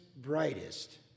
brightest